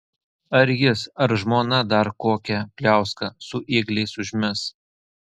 ar jis ar žmona dar kokią pliauską su ėgliais užmes